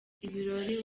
ibirori